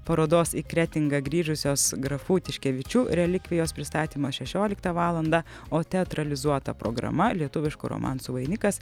parodos į kretingą grįžusios grafų tiškevičių relikvijos pristatymas šešioliktą valandą o teatralizuota programa lietuviškų romansų vainikas